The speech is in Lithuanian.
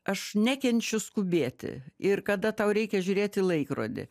aš nekenčiu skubėti ir kada tau reikia žiūrėti į laikrodį